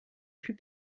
plus